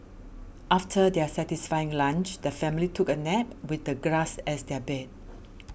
after their satisfying lunch the family took a nap with the grass as their bed